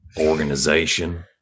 organization